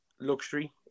luxury